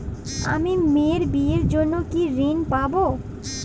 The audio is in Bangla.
আমি মেয়ের বিয়ের জন্য কি ঋণ পাবো?